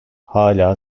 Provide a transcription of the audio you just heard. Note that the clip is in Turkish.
hala